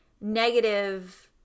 negative